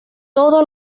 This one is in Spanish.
todo